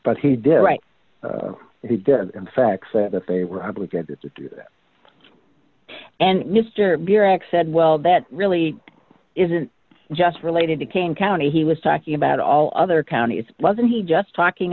but he did write he did in fact say that they were obligated to do that and mr beer accept well that really isn't just related to cane county he was talking about all other counties wasn't he just talking